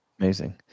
Amazing